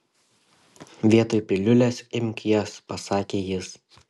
vietoj piliulės imk jas pasakė jis